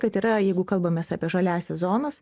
kad yra jeigu kalbamės apie žaliąsias zonas